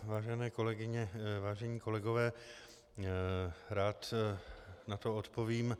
Vážené kolegyně, vážení kolegové, rád na to odpovím.